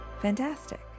fantastic